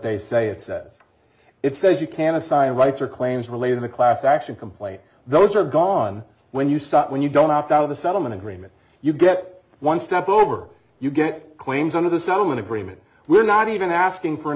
they say it says it says you can assign rights or claims related to class action complaint those are gone when you stop when you don't opt out of the settlement agreement you get one step over you get claims on of the settlement agreement we're not even asking for an